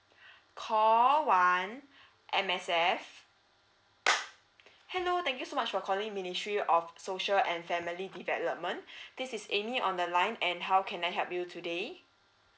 call one M_S_F hello thank you so much for calling ministry of social and family development this is amy on the line and how can I help you today